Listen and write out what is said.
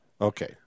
okay